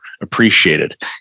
appreciated